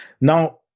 Now